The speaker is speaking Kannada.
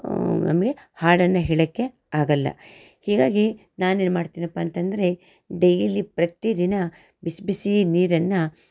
ನಮಗೆ ಹಾಡನ್ನು ಹೇಳೋಕ್ಕೆ ಆಗೋಲ್ಲ ಹೀಗಾಗಿ ನಾನು ಏನು ಮಾಡ್ತೀನಪ್ಪ ಅಂತಂದರೆ ಡೈಲಿ ಪ್ರತಿ ದಿನ ಬಿಸಿ ಬಿಸಿ ನೀರನ್ನು